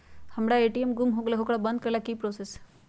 हमर ए.टी.एम गुम हो गेलक ह ओकरा बंद करेला कि कि करेला होई है?